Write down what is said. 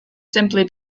simply